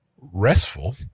restful